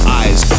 eyes